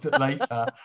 later